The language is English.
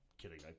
Kidding